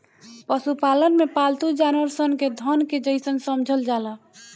पशुपालन में पालतू जानवर सन के धन के जइसन समझल जाला